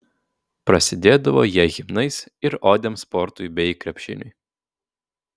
prasidėdavo jie himnais ir odėm sportui bei krepšiniui